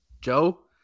joe